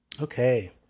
Okay